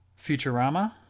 Futurama